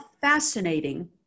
fascinating